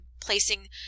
placing